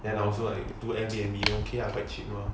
and also like do Airbnb okay like cheap mah